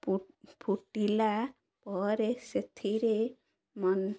ଫୁ ଫୁଟିଲା ପରେ ସେଥିରେ ମନ